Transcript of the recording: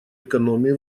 экономии